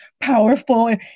powerful